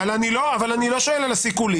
אבל אני לא שואל על הסיכולי.